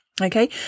Okay